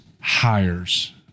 hires